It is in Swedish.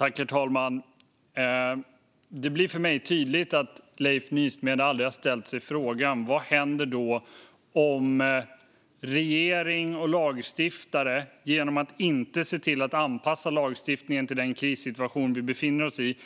Herr talman! Det blir för mig tydligt att Leif Nysmed aldrig har ställt sig frågan vad som händer om regering och lagstiftare genom att inte se till att anpassa lagstiftningen till den krissituation vi befinner oss i